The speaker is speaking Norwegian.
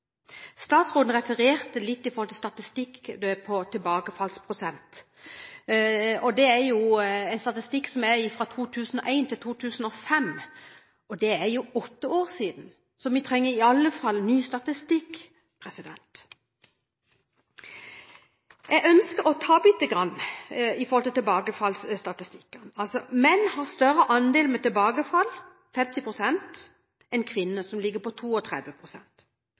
Statsråden refererte litt fra statistikken for tilbakefallsprosent. Det er en statistikk fra 2001 til 2005 – det er jo åtte år siden – så vi trenger i alle fall ny statistikk. Jeg ønsker å si litt om tilbakefallsstatistikken. Menn har større andel tilbakefall – 50 pst. – enn kvinner, som ligger på